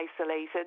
isolated